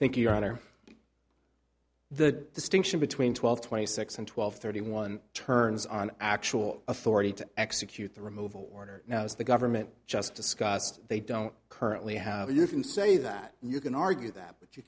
thank you roger the distinction between twelve twenty six and twelve thirty one turns on actual authority to execute the removal order now as the government just discussed they don't currently have a you can say that you can argue that but you